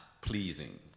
pleasing